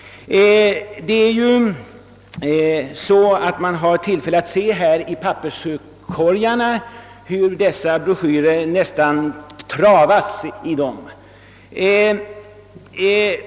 Man har ju tillfälle att se hur sådana broschyrer formligen travas i papperskorgarna här.